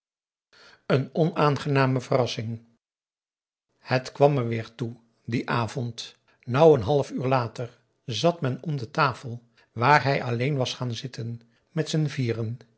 een onaangename verrassing het kwam er weer toe dien avond nauw n half uur later zat men om de tafel waar hij alleen was gaan zitten met z'n vieren